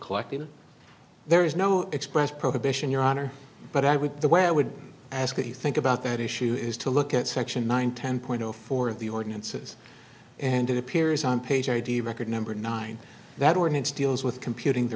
collecting there is no express prohibition your honor but i would the way i would ask that you think about that issue is to look at section nine ten point zero four of the ordinances and it appears on page idea record number nine that ordinance deals with computing the